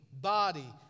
body